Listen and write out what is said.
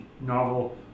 novel